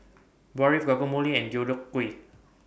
Barfi Guacamole and Deodeok Gui